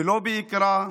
ויקרא,